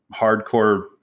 hardcore